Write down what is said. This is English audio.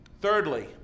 Thirdly